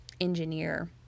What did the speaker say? engineer